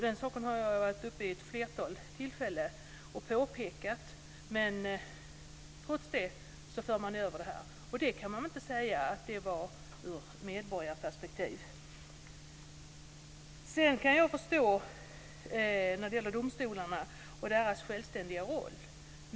Det har jag påpekat vid ett flertal tillfällen. Trots det gör man denna sammanslagning, vilket inte kan sägas vara med beaktande av medborgarperspektivet. Jag kan förstå att domstolarna ska ha en självständig roll.